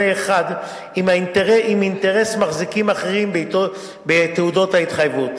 אחד עם אינטרס של מחזיקים אחרים בתעודות ההתחייבות.